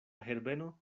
herbeno